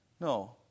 No